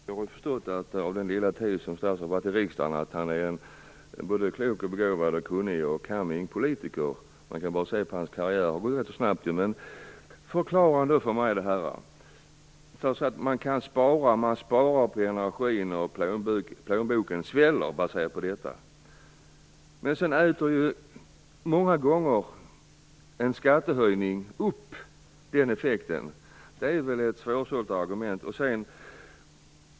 Herr talman! Jag har på den lilla tid som statsrådet har varit i riksdagen förstått att han både är klok och begåvad och kunnig, och en coming politiker. Man kan bara se på hans karriär. Den har gått rätt så snabbt. Men förklara då detta för mig! Statsrådet säger att man sparar på energin och att plånboken sväller. Men många gånger äter en skattehöjning upp den effekten. Det är väl ett svårsålt argument?